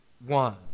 one